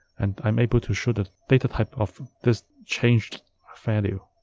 and i'm able to show the data type of this changed value